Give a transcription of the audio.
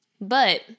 But-